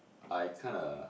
I kinda